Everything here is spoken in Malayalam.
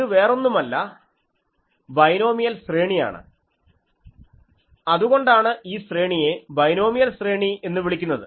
ഇത് വേറൊന്നുമല്ല ബൈനോമിയൽ ശ്രേണിയാണ് അതുകൊണ്ടാണ് ഈ ശ്രേണിയെ ബൈനോമിയൽ ശ്രേണി എന്നു വിളിക്കുന്നത്